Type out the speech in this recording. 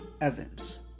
Evans